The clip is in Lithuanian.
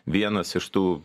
vienas iš tų